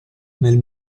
nel